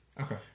Okay